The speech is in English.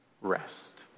rest